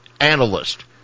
Analyst